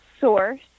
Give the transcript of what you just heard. source